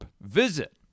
Visit